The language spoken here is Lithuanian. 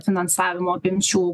finansavimo apimčių